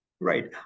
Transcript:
Right